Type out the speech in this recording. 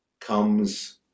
comes